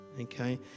Okay